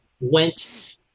went